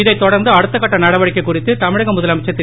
இதைத் தொடர்ந்து அடுத்தக் கட்ட நடவடிக்கை குறித்து தமிழக முதலமைச்சர் திரு